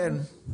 כן.